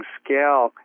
scale